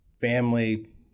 family